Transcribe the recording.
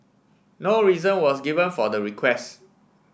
no reason was given for the request